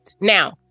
Now